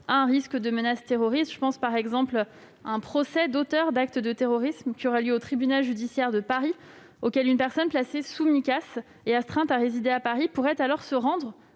à un risque de menace terroriste. Je pense, par exemple, à un procès d'auteurs d'actes de terrorisme qui aurait lieu au tribunal judiciaire de Paris, auquel une personne astreinte à résider à Paris pourrait se rendre